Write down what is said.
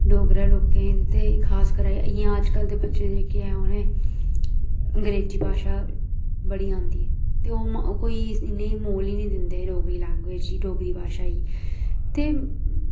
डोगरें लोकें दी ते खासकरी इ'यां अज्जकल दे बच्चे जेह्के ऐ उनें अंग्रेज़ी भाशा बड़ी आंदी ते ओह् कोई इनें गी मोल नी दिंदे डोगरी लैंग्वेज़ गी डोगरी भाशा गी ते